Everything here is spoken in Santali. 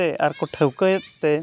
ᱛᱮ ᱟᱨᱠᱚ ᱴᱷᱟᱹᱣᱠᱟᱹᱭᱮᱫ ᱛᱮ